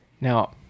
now